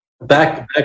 back